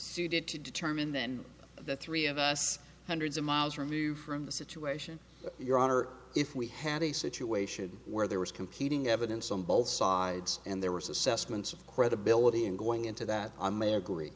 suited to determine than the three of us hundreds of miles from you from the situation your honor if we had a situation where there was competing evidence on both sides and there was assessments of credibility in going into that i'm a agree